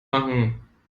machen